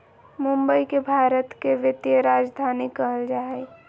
मुंबई के भारत के वित्तीय राजधानी कहल जा हइ